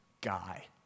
guy